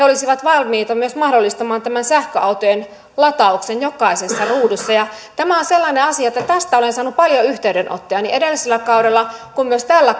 olisivat valmiita myös mahdollistamaan sähköautojen latauksen jokaisessa ruudussa tämä on sellainen asia että tästä olen saanut paljon yhteydenottoja niin edellisellä kaudella kuin myös tällä